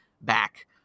back